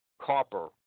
copper